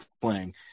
playing